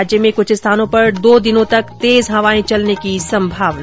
प्रदेश में कुछ स्थानों पर दो दिनों तक तेज हवाएं चलने की संभावना